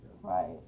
right